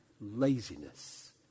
Laziness